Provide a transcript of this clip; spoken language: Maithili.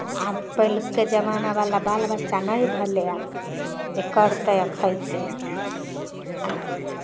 आब पहिलुके जमानावला बच्चा नहि भेलै आब जे करतै आ खयतै